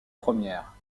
première